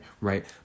right